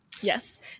Yes